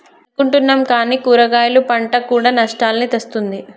అనుకుంటున్నాం కానీ కూరగాయలు పంట కూడా నష్టాల్ని తెస్తుంది